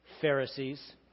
Pharisees